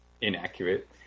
inaccurate